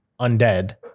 undead